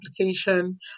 application